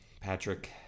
Patrick